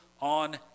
on